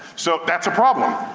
so that's a problem.